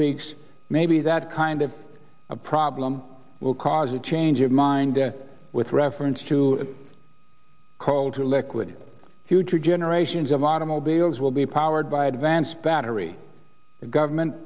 weeks maybe that kind of a problem will cause a change of mind with reference to coal to liquid future generations of automobiles will be powered by advanced battery the government